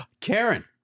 Karen